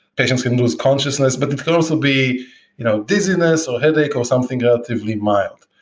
patients can lose consciousness, but it can also be you know dizziness or headache or something relatively mild.